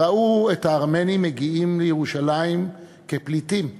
ראו את הארמנים מגיעים לירושלים כפליטים.